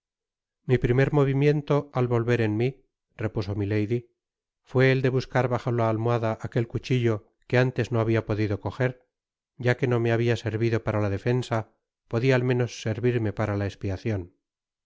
mi primer movimiento al volver en mi repuso milady fué el de buscar bajo la almohada aquel cuchillo que antes no habia podido coger ya que no me habia servido parala defensa podria al menos servirme para la espiacion